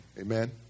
Amen